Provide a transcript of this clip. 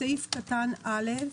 בסעיף קטן (א)